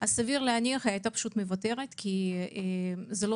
לאמא שלה אז סביר להניח שהיא הייתה מוותרת כי זה לא